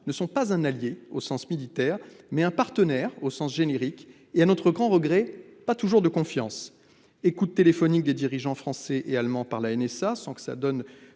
ne sont pas un allié au sens militaire, mais un partenaire au sens générique et, à notre grand regret, pas toujours de confiance. Écoutes téléphoniques des dirigeants français et allemands par la (NSA) sans que cela